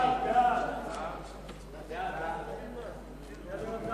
אישור הוראה בצו מס ערך מוסף (שיעור המס על